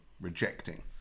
rejecting